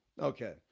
Okay